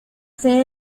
sede